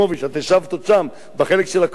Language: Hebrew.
את ישבת עוד שם בחלק של הקואליציה,